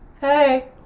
Hey